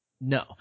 No